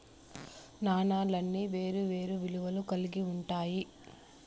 నాణాలన్నీ వేరే వేరే విలువలు కల్గి ఉంటాయి